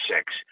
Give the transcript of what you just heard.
six